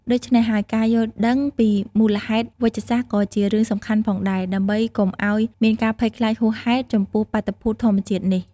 ដូច្នេះហើយ ការយល់ដឹងពីមូលហេតុវេជ្ជសាស្ត្រក៏ជារឿងសំខាន់ផងដែរ ដើម្បីកុំឱ្យមានការភ័យខ្លាចហួសហេតុចំពោះបាតុភូតធម្មតានេះ។